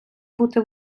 бути